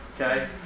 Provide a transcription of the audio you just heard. Okay